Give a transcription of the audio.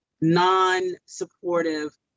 non-supportive